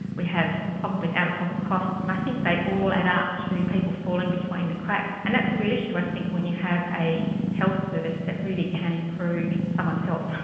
we have a problem with out-of-pocket costs, and i think they all add up to people falling between the cracks. and that's a real issue, i think, when you have a health service that really can improve someone's health.